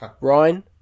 Ryan